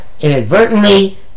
inadvertently